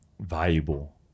valuable